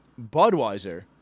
Budweiser